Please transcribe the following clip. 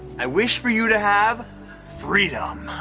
i wish for you to have freedom!